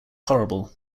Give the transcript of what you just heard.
horrible